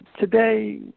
today